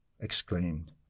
exclaimed